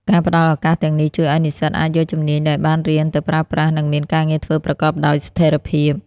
ការផ្តល់ឱកាសទាំងនេះជួយឱ្យនិស្សិតអាចយកជំនាញដែលបានរៀនទៅប្រើប្រាស់ និងមានការងារធ្វើប្រកបដោយស្ថិរភាព។